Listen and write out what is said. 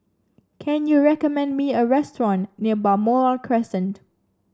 can you recommend me a restaurant near Balmoral Crescent